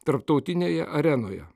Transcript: tarptautinėje arenoje